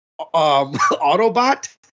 Autobot